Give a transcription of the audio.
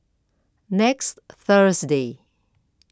next Thursday